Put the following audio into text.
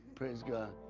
praise god.